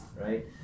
right